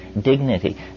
dignity